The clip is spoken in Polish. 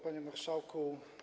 Panie Marszałku!